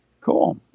Cool